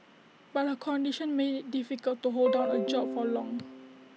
but her condition made IT difficult to hold down A job for long